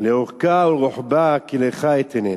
לארכה ולרחבה כי לך אתננה".